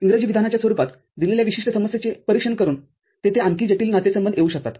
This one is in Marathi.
इंग्रजी विधानाच्या स्वरूपात दिलेल्या विशिष्ट समस्येचे परीक्षण करून तेथे आणखी जटिल नातेसंबंध येऊ शकतात